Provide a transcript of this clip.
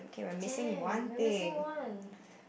damn we are missing one